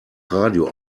radio